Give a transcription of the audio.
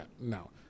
no